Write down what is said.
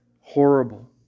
horrible